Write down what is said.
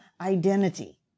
identity